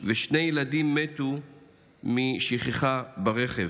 ושני ילדים מתו משכחה ברכב.